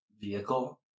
vehicle